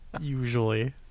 Usually